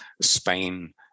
Spain